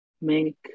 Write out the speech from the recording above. make